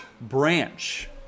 branch